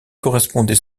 correspondait